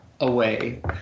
away